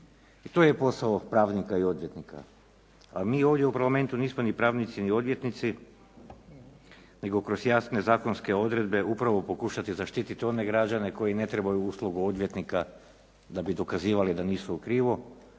i to je posao pravnika i odvjetnika. A mi ovdje u Parlamentu nismo ni pravnici ni odvjetnici nego kroz jasne zakonske odredbe upravo pokušati zaštiti one građane koji ne trebaju uslugu odvjetnika da bi dokazivali da nisu u krivu